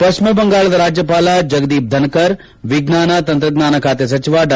ಪಶ್ಚಿಮ ಬಂಗಾಳದ ರಾಜ್ಯಪಾಲ ಜಗದೀಪ್ ಧನ್ಕರ್ ವಿಜ್ಞಾನ ತಂತ್ರಜ್ಞಾನ ಖಾತೆ ಸಚಿವ ಡಾ